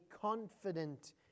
confident